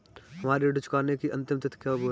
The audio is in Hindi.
हमारी ऋण चुकाने की अंतिम तिथि कब है?